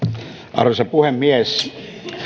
arvoisa puhemies